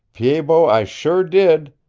pied-bot, i sure did!